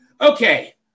Okay